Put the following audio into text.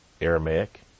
Aramaic